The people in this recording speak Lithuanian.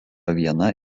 viena